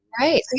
Right